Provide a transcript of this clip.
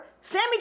Sammy